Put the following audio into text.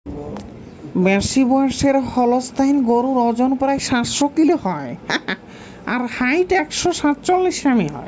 বেশিবয়সের Holstein গরুর অজন প্রায় সাতশ কিলো হয় আর হাইট একশ সাতচল্লিশ সেমি হয়